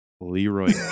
Leroy